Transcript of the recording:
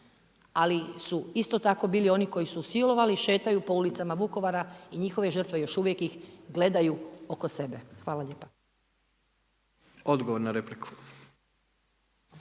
ali su isto tako bili koji su silovali i šetaju po ulicama Vukovara i njihove žrtve, još uvijek ih gledaju oko sebe. Hvala lijepa. **Jandroković,